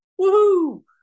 Woohoo